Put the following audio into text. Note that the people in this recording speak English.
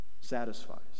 satisfies